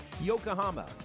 Yokohama